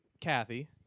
Kathy